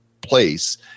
place